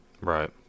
right